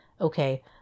Okay